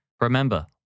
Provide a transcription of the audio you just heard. Remember